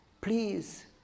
Please